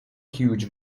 huge